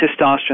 testosterone